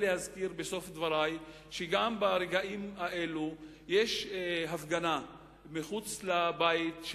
בסוף דברי אני רוצה להזכיר שגם ברגעים אלה יש הפגנה מחוץ לבית,